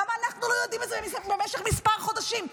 למה אנחנו לא יודעים את זה במשך מספר חודשים?